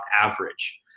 average